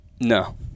no